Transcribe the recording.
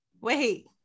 wait